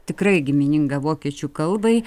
tikrai gimininga vokiečių kalbai